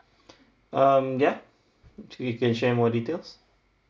um ya you can share more details